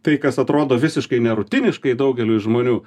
tai kas atrodo visiškai nerutiniškai daugeliui žmonių